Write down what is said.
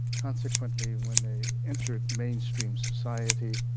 consequently, when they entered main stream society,